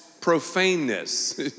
profaneness